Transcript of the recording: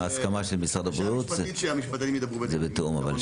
שהמשפטנים ידברו --- אני יודע.